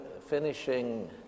finishing